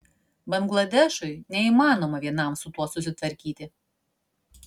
bangladešui neįmanoma vienam su tuo susitvarkyti